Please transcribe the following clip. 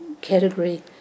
category